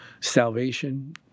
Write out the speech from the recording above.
Salvation